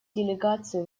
делегации